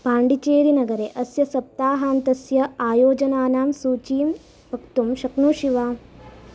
पाण्डिचेरिनगरे अस्य सप्ताहान्तस्य आयोजनानां सूचीं वक्तुं शक्नोषि वा